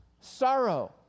Sorrow